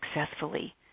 successfully